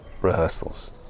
rehearsals